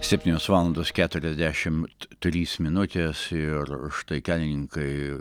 septynios valandos keturiasdešimt trys minutės ir štai kelininkai